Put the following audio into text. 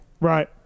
Right